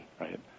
Right